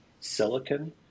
silicon